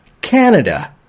Canada